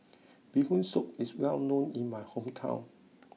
Bee Hoon Soup is well known in my hometown